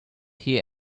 hear